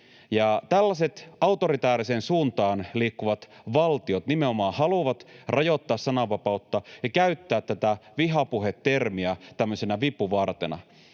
Tällaiset autoritääriseen suuntaan liikkuvat valtiot nimenomaan haluavat rajoittaa sananvapautta ja käyttää tätä vihapuhe-termiä tämmöisenä vipuvartena,